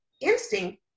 instinct